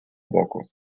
боку